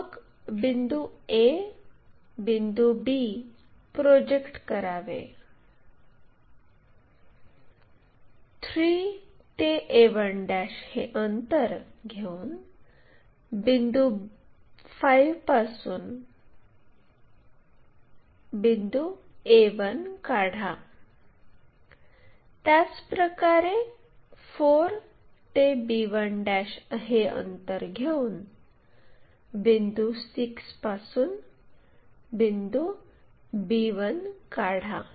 मग बिंदू a बिंदू b प्रोजेक्ट करावे 3 ते a1 हे अंतर घेऊन बिंदू 5 पासून बिंदू a1 काढा त्याचप्रकारे 4 ते b1 हे अंतर घेऊन बिंदू 6 पासून बिंदू b 1 काढा